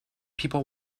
people